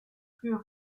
plus